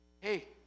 Hey